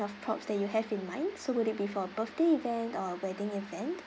of props that you have in mind so would it be for a birthday event or a wedding event